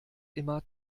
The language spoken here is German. immer